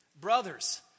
Brothers